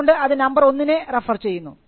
അതുകൊണ്ട് അത് നംബർ ഒന്നിനെ റഫർ ചെയ്യുന്നു